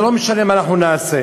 זה לא משנה מה אנחנו נעשה,